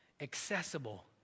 accessible